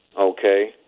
Okay